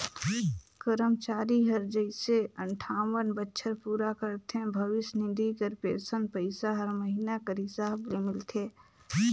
करमचारी हर जइसे अंठावन बछर पूरा करथे भविस निधि कर पेंसन पइसा हर महिना कर हिसाब ले मिलथे